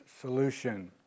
Solution